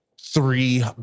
three